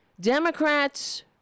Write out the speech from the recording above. Democrats